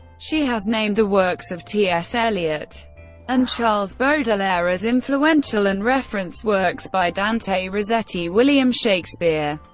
she has named the works of t s. eliot and charles baudelaire as influential, and referenced works by dante rossetti, william shakespeare,